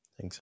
thanks